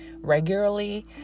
regularly